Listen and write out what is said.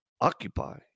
occupy